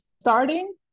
starting